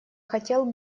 хотел